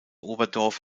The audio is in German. oberdorf